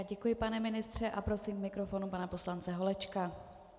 Děkuji, pane ministře, a prosím k mikrofonu pana poslance Holečka.